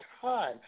time